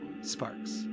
sparks